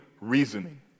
reasoning